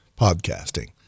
podcasting